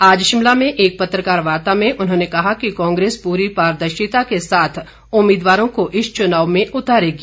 आज शिमला में एक पत्रकार वार्ता में उन्होंने कहा कि कांग्रेस पूरी पारदर्शिता के साथ उम्मीदवारों को इस चुनाव में उतारेगी